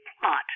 plot